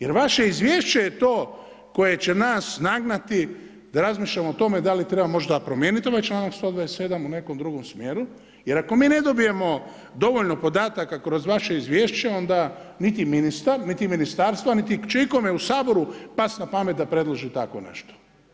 Jer vaše izvješće je to koje će nas nagnati da razmišljamo o tome da li treba možda promijeniti ovaj članak 127. u nekom drugom smjeru jer ako mi ne dobijemo dovoljno podataka kroz vaše izvješće, onda niti ministar, niti ministarstva, niti će ikome u Saboru past na pamet da predloži tako nešto.